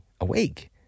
awake